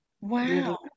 wow